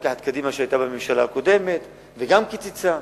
ניקח את קדימה שהיתה בממשלה הקודמת וגם כן קיצצה,